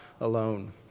alone